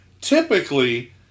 Typically